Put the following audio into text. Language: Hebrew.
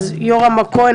יורם הכהן,